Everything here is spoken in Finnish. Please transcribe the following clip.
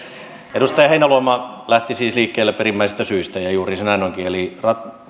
edustaja heinäluoma lähti siis liikkeelle perimmäisistä syistä ja juuri näin se onkin eli